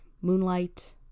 Moonlight